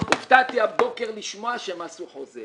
הופתעתי הבוקר לשמוע שהם עשו חוזה